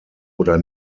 oder